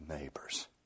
neighbors